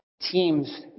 team's